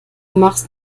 machst